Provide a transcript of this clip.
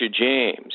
James